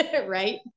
right